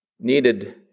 needed